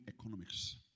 economics